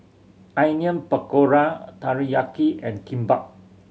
Onion Pakora Teriyaki and Kimbap